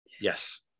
Yes